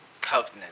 covenant